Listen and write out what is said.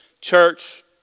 church